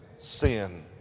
sin